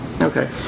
Okay